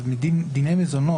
אז מדיני מזונות,